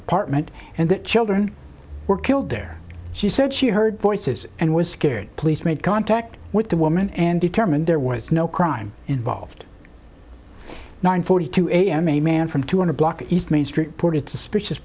apartment and that children were killed there she said she heard voices and was scared police made contact with the woman and determined there was no crime involved nine forty two am a man from two hundred block east main street ported suspicious